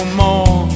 more